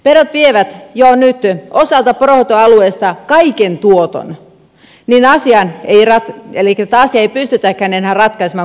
pedot vievät jo nyt osalta poronhoitoalueista kaiken tuoton elikkä tätä asiaa ei pystytäkään enää ratkaisemaan korvauksilla